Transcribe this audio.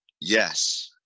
yes